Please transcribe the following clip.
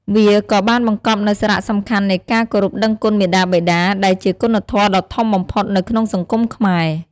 វាក៏បានបង្កប់នូវ សារៈសំខាន់នៃការគោរពដឹងគុណមាតាបិតា ដែលជាគុណធម៌ដ៏ធំបំផុតនៅក្នុងសង្គមខ្មែរ។